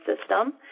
system